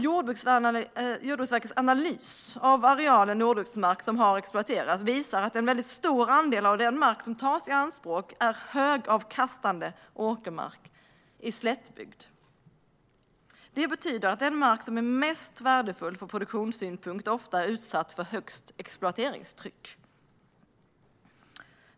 Jordbruksverkets analys av arealen jordbruksmark som har exploaterats visar att en väldigt stor andel av den mark som tas i anspråk är högavkastande åkermark i slättbygd. Det betyder att den mark som är mest värdefull från produktionssynpunkt ofta är utsatt för högst exploateringstryck.